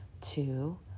Two